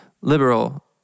liberal